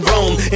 Rome